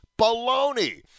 baloney